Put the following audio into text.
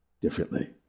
differently